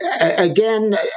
Again